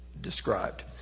described